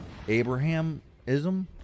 Abrahamism